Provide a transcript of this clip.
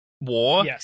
War